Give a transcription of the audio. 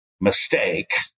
mistake